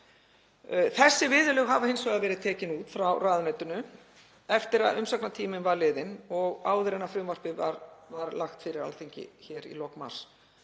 Þessi viðurlög hafa hins vegar verið tekin út af ráðuneytinu eftir að umsagnartími var liðinn og áður en frumvarpið var lagt fyrir Alþingi hér í lok mars.